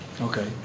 okay